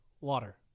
water